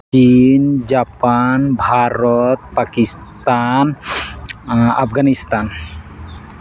China Japan Bharat Pakistan Afghanistan